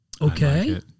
Okay